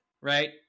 right